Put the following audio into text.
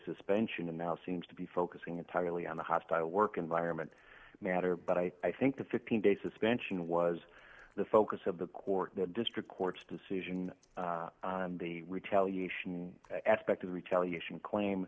suspension and now seems to be focusing entirely on the hostile work environment matter but i think the fifteen day suspension was the focus of the court the district court's decision on the retaliation aspect of retaliation claim